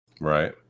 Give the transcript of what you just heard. Right